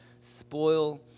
spoil